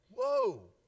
whoa